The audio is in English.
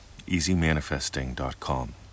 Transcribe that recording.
easymanifesting.com